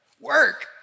Work